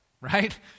right